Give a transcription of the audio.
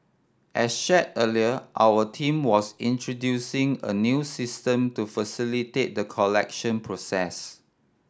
as shared earlier our team was introducing a new system to facilitate the collection process